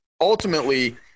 Ultimately